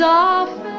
often